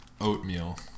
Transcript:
oatmeal